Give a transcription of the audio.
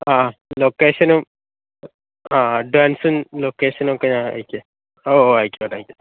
ആ ആ ലൊക്കേഷനും ആ ആ അഡ്വാൻസും ലൊക്കേഷനൊക്കെ ഞാനയക്കാം ആ ഓ ആയിക്കോട്ടെ ആയിക്കോട്ടെ